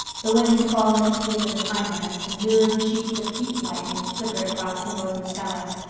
the wind had fallen asleep in the pinelands and lurid sheets of heat-lightning flickered across the northern skies.